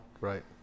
Right